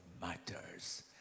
matters